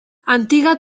antiga